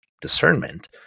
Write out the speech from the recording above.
discernment